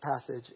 passage